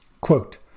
Quote